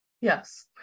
Yes